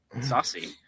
saucy